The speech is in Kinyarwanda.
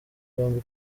yombi